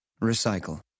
Recycle